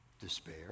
despair